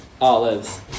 olives